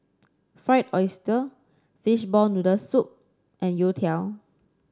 Fried Oyster Fishball Noodle Soup and youtiao